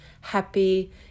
happy